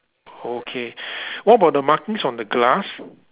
okay what about the markings on the glass